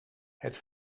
het